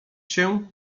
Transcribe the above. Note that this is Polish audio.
się